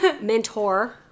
Mentor